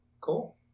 Cool